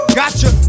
gotcha